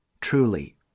Truly